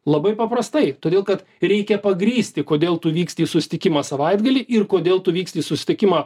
labai paprastai todėl kad reikia pagrįsti kodėl tu vyksti į susitikimą savaitgalį ir kodėl tu vyksti į susitikimą